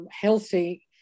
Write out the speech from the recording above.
healthy